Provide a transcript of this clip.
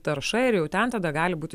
tarša ir jau ten tada gali būti